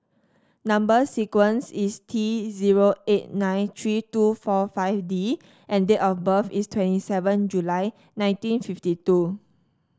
number sequence is T zero eight nine three two four five D and date of birth is twenty seven July nineteen fifty two